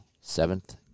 seventh